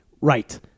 Right